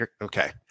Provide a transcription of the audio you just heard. Okay